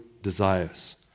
desires